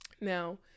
Now